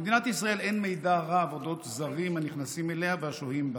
למדינת ישראל אין מידע על אודות זרים הנכנסים אליה והשוהים בה,